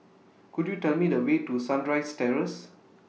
Could YOU Tell Me The Way to Sunrise Terrace